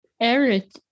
Eric